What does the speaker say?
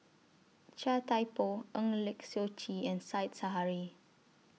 Chia Thye Poh Eng Lee Seok Chee and Said Zahari